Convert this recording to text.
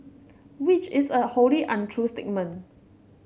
which is a wholly untrue statement